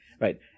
Right